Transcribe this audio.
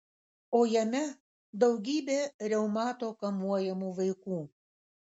o jame daugybė reumato kamuojamų vaikų